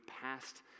past